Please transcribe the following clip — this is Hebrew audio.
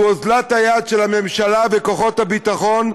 הוא אוזלת היד של הממשלה ושל כוחות הביטחון,